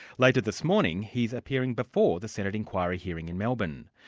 later this morning, he's appearing before the senate inquiry hearing in melbourne.